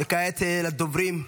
וכעת לדוברים: